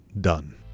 done